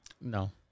No